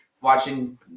watching